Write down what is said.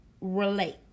relate